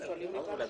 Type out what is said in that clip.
מדברים על המשטרה.